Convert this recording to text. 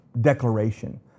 declaration